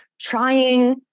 trying